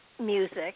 music